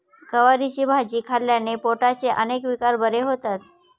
गवारीची भाजी खाल्ल्याने पोटाचे अनेक विकार बरे होतात